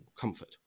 comfort